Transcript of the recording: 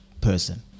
person